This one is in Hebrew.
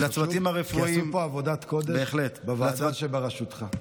זה חשוב, כי עשו פה עבודת קודש בוועדה שבראשותך.